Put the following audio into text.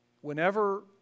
whenever